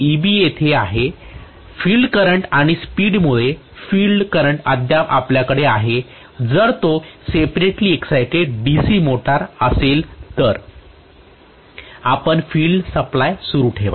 Eb तेथे आहे field current आणि स्पीड मुळे फील्ड करंट अद्याप आपल्याकडे आहे जर तो सेप्रेटली एक्सायटेड DC मोटर असेल तर आपण फील्ड सप्लाय सुरू ठेवा